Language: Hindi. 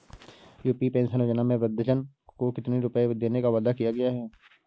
यू.पी पेंशन योजना में वृद्धजन को कितनी रूपये देने का वादा किया गया है?